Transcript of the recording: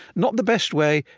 not the best way,